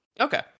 okay